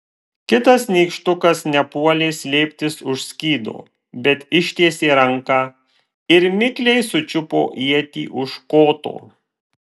kitas nykštukas nepuolė slėptis už skydo bet ištiesė ranką ir mikliai sučiupo ietį už koto